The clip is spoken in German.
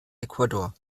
ecuador